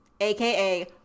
aka